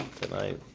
tonight